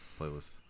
playlist